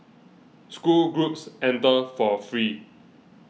school groups enter for free